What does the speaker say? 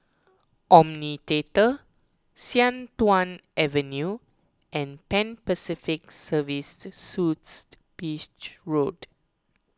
Omni theatre Sian Tuan Avenue and Pan Pacific Services Suites Beach Road